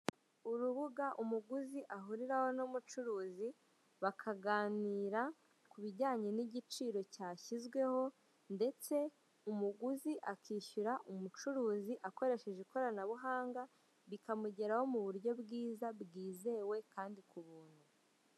Urubuga umuguzi ahuriraho n'umucuruzi bakaganira ku bijyanye n'igiciro cyashyizweho, ndetse umuguzi akishyura umucuruzi akoresheje ikoranabuhanga, bikamugeraho ku buryo bwiza bwizewe, kandi ku bintu.